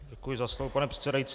Děkuji za slovo, pane předsedající.